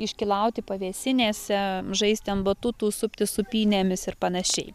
iškylauti pavėsinėse žaisti ant batutų suptis sūpynėmis ir panašiai